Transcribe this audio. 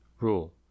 Rule